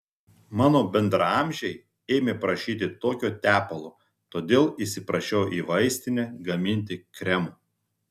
mano bendraamžiai ėmė prašyti tokio tepalo todėl įsiprašiau į vaistinę gaminti kremų